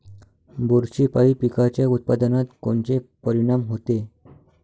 बुरशीपायी पिकाच्या उत्पादनात कोनचे परीनाम होते?